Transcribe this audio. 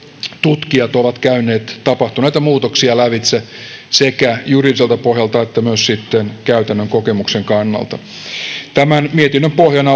tutkijat ovat käyneet tapahtuneita muutoksia lävitse sekä juridiselta pohjalta että myös sitten käytännön kokemuksen kannalta tämän mietinnön pohjana